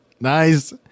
Nice